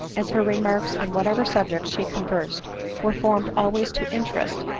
as her remarks on whatever subject she conversed were formed always to interest,